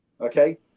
Okay